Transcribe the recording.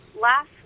last